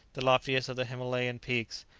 the loftiest of the himalayan peaks,